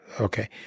okay